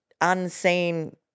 unseen